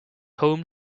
home